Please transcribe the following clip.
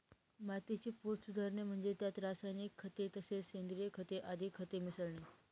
मातीचा पोत सुधारणे म्हणजे त्यात रासायनिक खते तसेच सेंद्रिय खते आदी खते मिसळणे